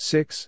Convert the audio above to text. Six